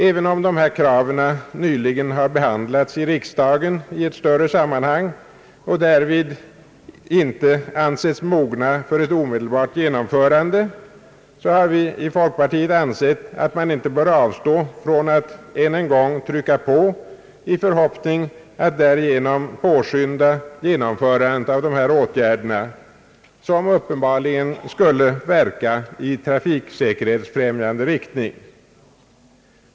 Även om alla de här aktualiserade kraven nyligen behandlats i ett större sammanhang i riksdagen och därvid inte ansetts mogna för ett omedelbart genomförande har vi i folkpartiet ansett att man inte bör avstå från att än en gång trycka på i förhoppning att därigenom påskynda genomförandet. Åtgärderna skulle uppenbarligen verka i trafiksäkerhetsfrämjande riktning.